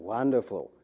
Wonderful